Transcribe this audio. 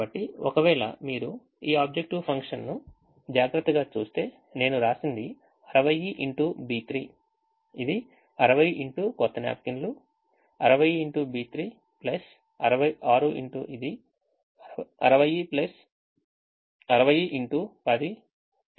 కాబట్టి ఒకవేళ మీరు ఈ ఆబ్జెక్టివ్ ఫంక్షన్ ను జాగ్రత్తగా చూస్తే నేను వ్రాసినది 60 x B3 ఇది 60 x కొత్త న్యాప్కిన్లు 6 x ఇది 60 x 10 20 10